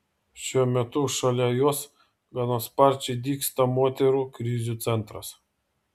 šiuo metu šalia jos gana sparčiai dygsta moterų krizių centras